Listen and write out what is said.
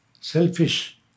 Selfish